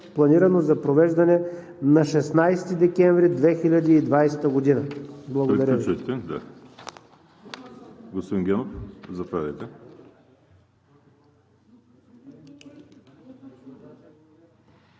планирано за провеждане на 16 декември 2020 г. Благодаря Ви.